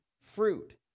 fruit